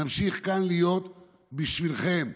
נמשיך להיות כאן בשבילכם,